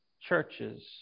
churches